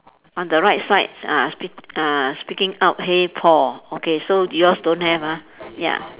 on the right side ah speak uh speaking out hey Paul okay so yours don't have ah ya